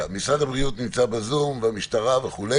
משרד הבריאות נמצא בזום, והמשטרה וכו'.